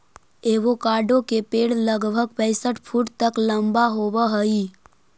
avocado के पेड़ लगभग पैंसठ फुट तक लंबा होब हई